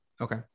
Okay